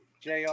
JR